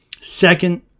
second